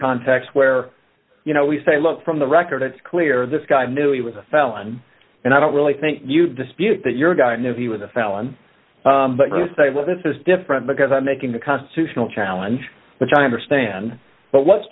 context where you know we say look from the record it's clear this guy knew he was a felon and i don't really think you dispute that your guy knew he was a felon but you say well this is different because i'm making the constitutional challenge which i understand but what's